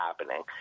happening